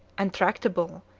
untractable,